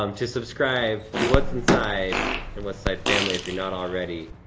um to subscribe to what's inside and what's inside family if you're not already.